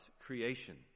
creation